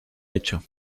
hecho